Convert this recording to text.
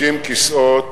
30 כיסאות,